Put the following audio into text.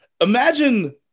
imagine